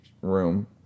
room